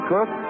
Cook